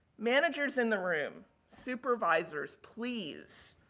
managers in the room, supervisors, please,